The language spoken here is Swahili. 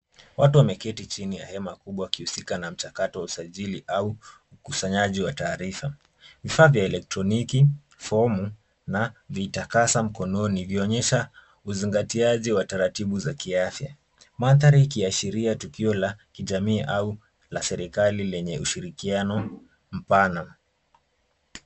Watu wameketi chini ya hema kubwa wakihusika na mchakato wa usajili au ukusanyaji wa taarifa. Vifaa vya elektroniki, fomu na vitakasa mkononi vyaonesha uzingatiaji wa taratibu za kiafya. Mandhari ikiashiria tukio la kijamii au la serikali lenye ushirikiano mpana.